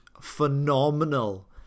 phenomenal